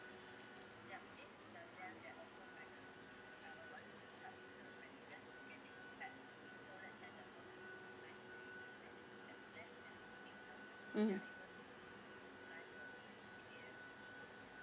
mm